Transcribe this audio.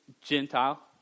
Gentile